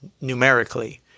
numerically